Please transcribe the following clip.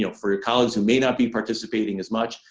you know for your colleagues who may not be participating as much,